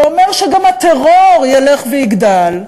ואומר שגם הטרור ילך ויגדל,